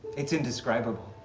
it's indescribable.